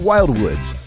Wildwoods